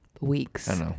weeks